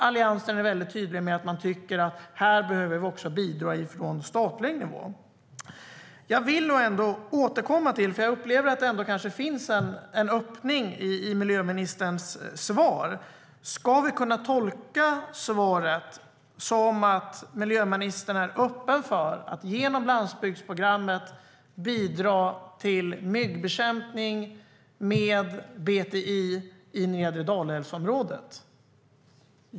Alliansen är väldigt tydlig med att det behövs bidrag från statlig nivå. Jag upplever att det kanske finns en öppning i miljöministerns svar och vill därför återkomma till om vi kan tolka svaret som att miljöministern är öppen för att, genom landsbygdsprogrammet, bidra till myggbekämpning med BTI i nedre Dalälvenområdet.